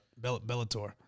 Bellator